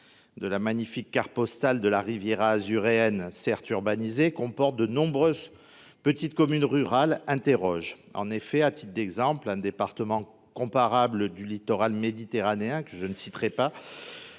de la carte postale de la riviera azuréenne – certes urbanisée –, comporte de nombreuses petites communes rurales. En effet, à titre d’exemple, dans un département comparable du littoral méditerranéen que je ne citerai pas,